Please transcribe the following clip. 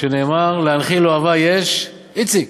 שנאמר: 'להנחיל אהבי יש ואצרתיהם'" איציק,